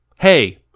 hey